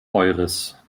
eures